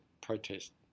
protest